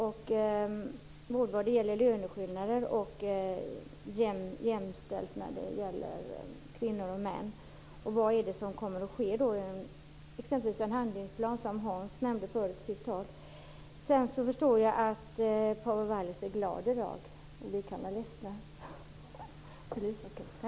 Det gäller både beträffande löneskillnader och avseende jämställdhet mellan kvinnor och män. Vad är det som kommer att ske? Gäller det t.ex. en handlingsplan, som nämndes i Hans Anderssons anförande? Jag förstår att Paavo Vallius är glad i dag, men vi kan vara ledsna.